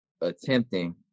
attempting